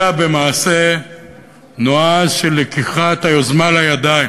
אלא במעשה נועז של לקיחת היוזמה לידיים.